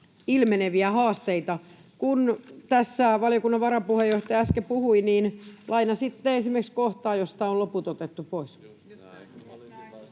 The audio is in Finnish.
ilmeneviä haasteita. Kun tässä valiokunnan varapuheenjohtaja äsken puhui, niin lainasitte esimerkiksi kohtaa, josta on loput otettu pois.